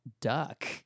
duck